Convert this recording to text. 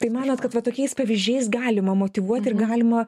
tai manot kad va tokiais pavyzdžiais galima motyvuot ir galima